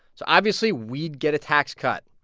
so, obviously, we'd get a tax cut.